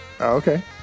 Okay